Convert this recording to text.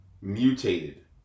Mutated